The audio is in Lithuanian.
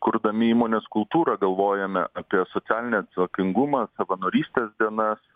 kurdami įmonės kultūrą galvojame apie socialinį atsakingumą savanorystės dienas